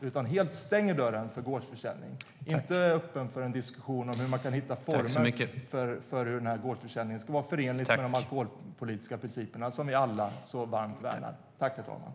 Statsrådet stänger dörren helt för gårdsförsäljning och är inte öppen för en diskussion om hur man kan hitta former för hur gårdsförsäljningen ska vara förenlig med de alkoholpolitiska principerna som vi alla värnar varmt.